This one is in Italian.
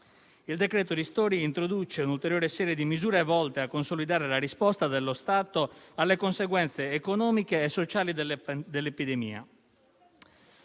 Il decreto ristori introduce un'ulteriore serie di misure volte a consolidare la risposta dello Stato alle conseguenze economiche e sociali dell'epidemia.